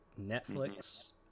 netflix